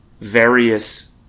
various